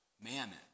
mammon